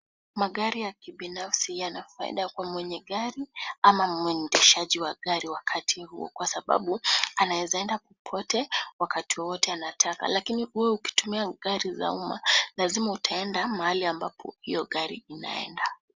Magari ya kibinafsi yana faida kwa mwenye gari au muendeshaji wa gari wakati huo kwa sababu anaweza enda kokote wakati wowote anataka, lakini wewe ukitumia magari za umma lazima utaenda mahali ambapo hiyo gari inaenda.